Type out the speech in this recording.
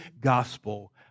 gospel